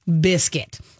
biscuit